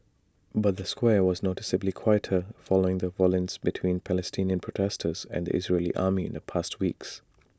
but the square was noticeably quieter following the violence between Palestinian protesters and the Israeli army in the past weeks